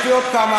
יש לי עוד כמה,